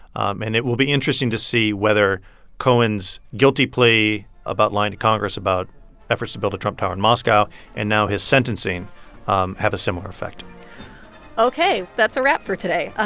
um and it will be interesting to see whether cohen's guilty plea about lying to congress about efforts to build a trump tower in moscow and now his sentencing um have a similar effect ok. that's a wrap for today. ah